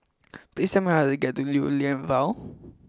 please tell me how to get to Lew Lian Vale